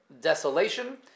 desolation